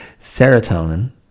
serotonin